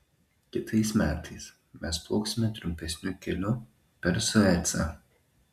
kitais metais mes plauksime trumpesniu keliu per suecą